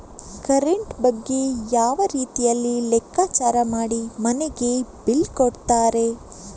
Current ಬಗ್ಗೆ ಯಾವ ರೀತಿಯಲ್ಲಿ ಲೆಕ್ಕಚಾರ ಮಾಡಿ ಮನೆಗೆ ಬಿಲ್ ಕೊಡುತ್ತಾರೆ?